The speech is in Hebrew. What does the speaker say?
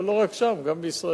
אבל לא רק שם, גם בישראל.